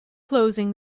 closing